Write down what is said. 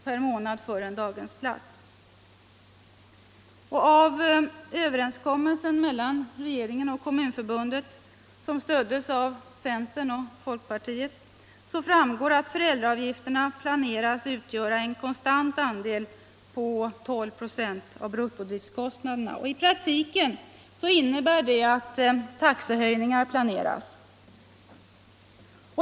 per månad för en daghemsplats. Av överenskommelsen mellan regeringen och Kommunförbundet, som stöddes av centerpartiet och folkpartiet, framgår att föräldraavgifterna planeras utgöra en konstant andel på 12 26 av bruttodriftskostnaden. I praktiken innebär det att taxehöjningar planeras.